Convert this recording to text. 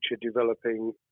developing